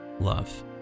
love